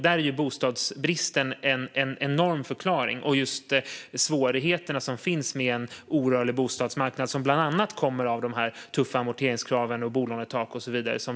Där är bostadsbristen en enormt viktig förklaring, liksom svårigheterna med en orörlig bostadsmarknad, som bland annat kommer sig av de tuffa amorteringskraven, bolånetaket och så vidare.